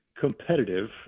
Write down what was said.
competitive